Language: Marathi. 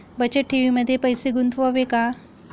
बचत ठेवीमध्ये पैसे गुंतवावे का?